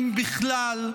אם בכלל,